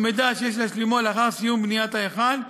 מידע שיש להשלימו לאחר סיום בניית ההיכל,